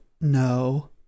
no